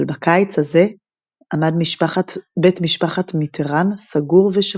אבל בקיץ הזה עמד בית משפחת מיטראן סגור ושקט.